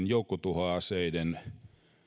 joukkotuhoaseiden